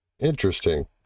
interesting